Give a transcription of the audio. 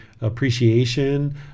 appreciation